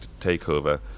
takeover